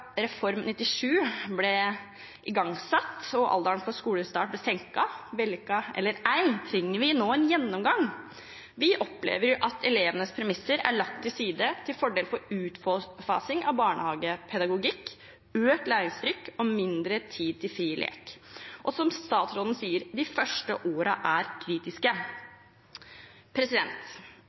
Reform 97 ble igangsatt og alderen for skolestart ble senket – vellykket eller ei – trenger vi nå en gjennomgang. Vi opplever at elevenes premisser er lagt til side til fordel for utfasing av barnehagepedagogikk, økt læringstrykk og mindre tid til fri lek. Og, som statsråden sier: De første årene er kritiske.